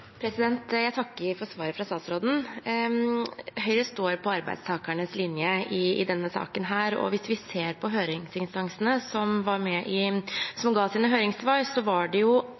Jeg takker for svaret fra statsråden. Høyre står på arbeidstakernes linje i denne saken, og hvis vi ser på høringsinstansene som avga svar, var det enkeltpersoner som dominerte blant dem som ønsket en høyere aldersgrense. Da mener vi det